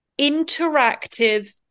interactive